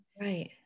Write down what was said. right